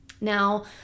Now